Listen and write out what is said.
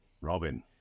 Robin